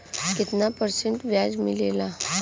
कितना परसेंट ब्याज मिलेला?